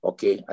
Okay